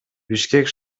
бишкек